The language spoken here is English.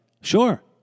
Sure